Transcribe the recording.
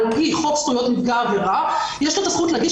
פי חוק זכויות נפגעי עבירה את הזכות להגיש